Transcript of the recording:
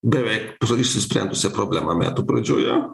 beveik išisprendusią problemą metų pradžioje